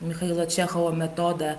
michailo čechovo metodą